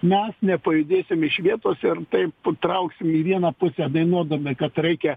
mes nepajudėsime iš vietos ir taip trauksim į vieną pusę dainuodami kad reikia